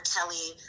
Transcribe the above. Kelly